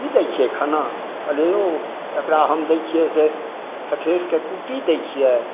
की दै छियै खाना कहलियै यौ एकरा हम दै छियै से ठठेरके कुट्टी दै छियै